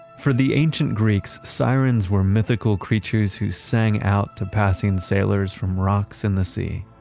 for the ancient greeks, sirens were mythical creatures who sang out to passing sailors from rocks in the sea.